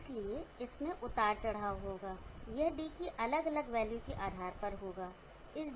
इसलिए इसमें उतार चढ़ाव होगा यह d की अलग अलग वैल्यू के आधार पर अलग अलग होगा